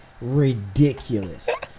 ridiculous